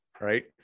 right